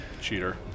cheater